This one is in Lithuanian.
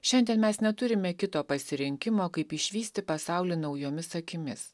šiandien mes neturime kito pasirinkimo kaip išvysti pasaulį naujomis akimis